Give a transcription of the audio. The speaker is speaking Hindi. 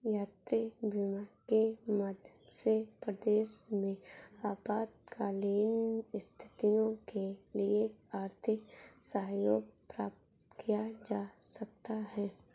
यात्री बीमा के माध्यम से परदेस में आपातकालीन स्थितियों के लिए आर्थिक सहयोग प्राप्त किया जा सकता है